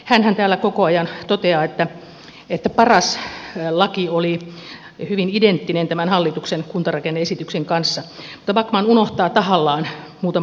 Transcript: hänhän täällä koko ajan toteaa että paras laki oli hyvin identtinen tämän hallituksen kuntarakenne esityksen kanssa mutta backman unohtaa tahallaan muutaman asian